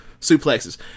suplexes